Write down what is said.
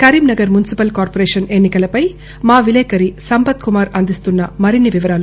Karimnagar municipal corporation ఎన్నికలపై మా విలేకరి సంపత్కుమార్ అందిస్తున్న మరిన్ని వివరాలు